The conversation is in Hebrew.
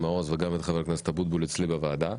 מעוז וגם את חבר הכנסת אבוטבול אצלי בוועדה.